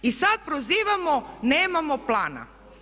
I sad prozivamo da nemamo plana.